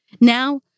Now